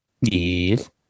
Yes